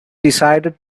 decided